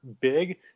big